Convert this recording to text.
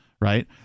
right